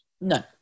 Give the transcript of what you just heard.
no